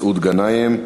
מסעוד גנאים.